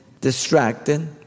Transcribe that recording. distracted